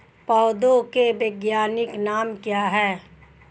पौधों के वैज्ञानिक नाम क्या हैं?